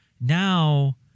now